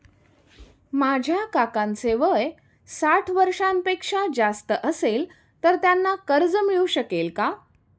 माझ्या काकांचे वय साठ वर्षांपेक्षा जास्त असेल तर त्यांना कर्ज मिळू शकेल का?